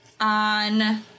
on